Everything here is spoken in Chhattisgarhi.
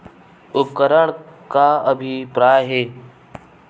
उपकरण से का अभिप्राय हे?